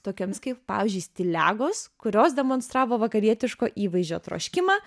tokiomis kaip pavyzdžiui stiliagos kurios demonstravo vakarietiško įvaizdžio troškimą